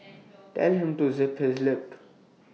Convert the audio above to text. tell him to zip his lip